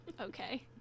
okay